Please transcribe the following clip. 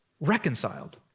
reconciled